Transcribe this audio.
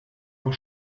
war